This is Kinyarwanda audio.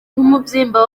n’umubyimba